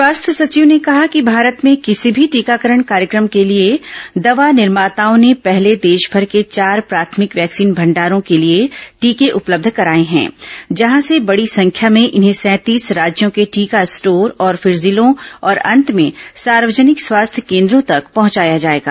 स्वास्थ्य सचिव ने कहा कि भारत में किसी भी टीकाकरण कार्यक्रम के लिए दवा निर्माताओं ने पहले देशभर के चार प्राथमिक वैक्सीन भंडारों के लिए टीके उपलब्ध कराए है जहां से बड़ी संख्या में इन्हें सैंतीस राज्यों के टीका स्टोर और फिर जिलों और अंत में सार्वजनिक स्वास्थ्य केंद्रों तक पहंचाया जाएगा